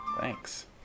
Thanks